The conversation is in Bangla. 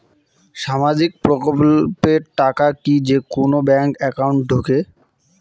সামাজিক প্রকল্পের টাকা কি যে কুনো ব্যাংক একাউন্টে ঢুকে?